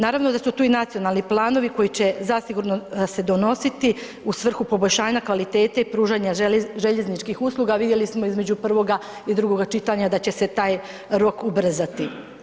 Naravno da su tu i nacionalni planovi koji će zasigurno se donositi u svrhu poboljšanja kvalitete i pružanja željezničkih usluga, vidjeli smo između prvoga i drugoga čitanja da će se taj rok ubrzati.